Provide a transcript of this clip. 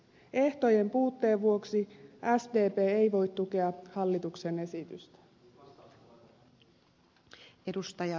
ehtojen puutteen vuoksi sdp ei voi tukea hallituksen esitystä